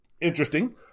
interesting